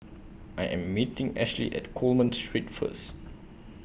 I Am meeting Ashly At Coleman Street First